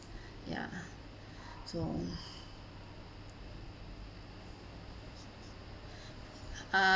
ya so uh